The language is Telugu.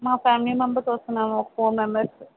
మా ఫ్యామిలీ మెంబర్స్ వస్తున్నాము ఒక ఫోర్ మెంబర్సు